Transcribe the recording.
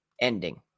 ending